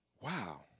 Wow